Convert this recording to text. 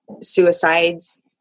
suicides